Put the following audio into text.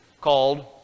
called